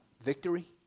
victory